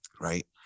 Right